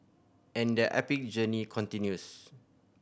and their epic journey continues